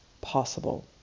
possible